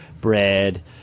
bread